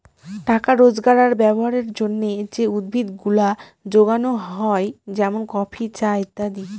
টাকা রোজগার আর ব্যবহারের জন্যে যে উদ্ভিদ গুলা যোগানো হয় যেমন কফি, চা ইত্যাদি